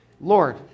Lord